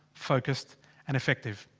focused and effective.